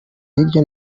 hirya